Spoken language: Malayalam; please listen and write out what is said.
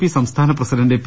പി സംസ്ഥാന പ്രസിഡന്റ് പി